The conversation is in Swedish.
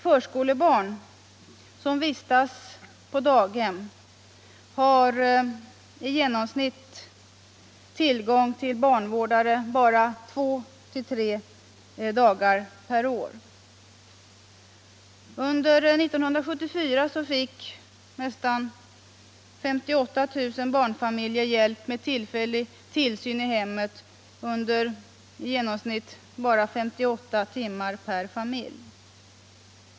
Förskolebarn som vistas på daghem har i genomsnitt bara barnvårdare två tre dagar per år. Under 1974 fick nästan 58 000 barnfamiljer hjälp med tillfällig tillsyn i hemmet under i genomsnitt bara 58 timmar per familj.